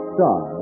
Star